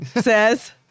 says